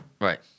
right